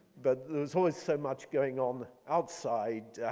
but there's always so much going on outside